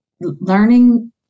learning